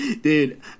Dude